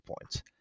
points